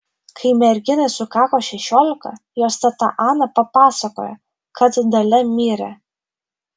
kai merginai sukako šešiolika jos teta ana papasakojo kad dalia mirė